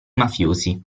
mafiosi